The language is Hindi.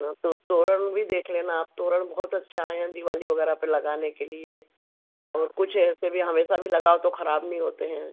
हाँ तो तोरण वी देख लेना आप तोरण बहुत अच्छे आए हैं दिवाली वगैरह पर लगाने के लिए और कुछ ऐसे भी हमेशा भी लगाओ तो खराब नहीं होते हैं